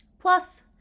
Plus